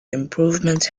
improvements